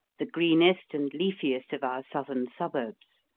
the greenest and leafiest of our southern suburbs.